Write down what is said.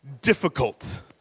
difficult